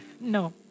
No